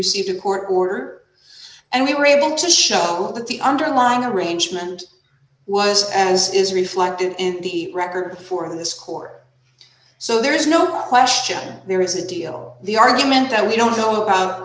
received a court order and we were able to shop at the underlying arrangement was as is reflected in the record for this court so there is no question there is a deal the argument that we don't know about